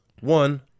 one